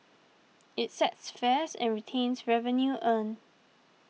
it sets fares and retains revenue earned